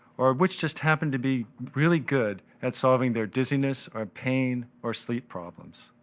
or which just happen to be really good at solving their dizziness, or pain, or sleep problems.